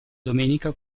domenica